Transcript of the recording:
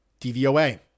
DVOA